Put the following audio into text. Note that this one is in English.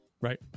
Right